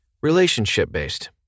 relationship-based